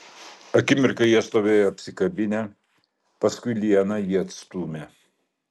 akimirką jie stovėjo apsikabinę paskui liana jį atstūmė